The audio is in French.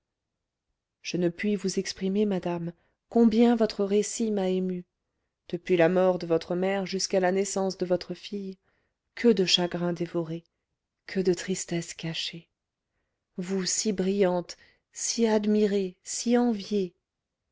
je ne puis vous exprimer madame combien votre récit m'a ému depuis la mort de votre mère jusqu'à la naissance de votre fille que de chagrins dévorés que de tristesses cachées vous si brillante si admirée si enviée